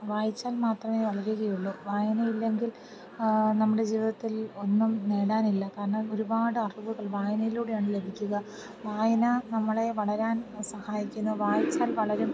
വായിച്ചാൽ മാത്രമേ വളരുകയുള്ളു വായന ഇല്ലെങ്കിൽ നമ്മുടെ ജീവിതത്തിൽ ഒന്നും നേടാനില്ല കാരണം ഒരുപാട് അറിവുകൾ വായനയിലൂടെയാണ് ലഭിക്കുക വായന നമ്മളെ വളരാൻ സഹായിക്കുന്ന വായിച്ചാൽ വളരും